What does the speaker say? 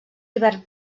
hivern